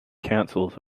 councils